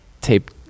tape